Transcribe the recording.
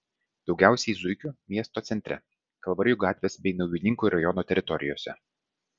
daugiausiai zuikių miesto centre kalvarijų gatvės bei naujininkų rajono teritorijose